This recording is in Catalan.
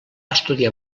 estudiar